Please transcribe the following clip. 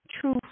true